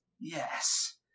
yes